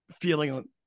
feeling